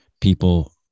people